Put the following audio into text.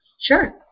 Sure